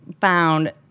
found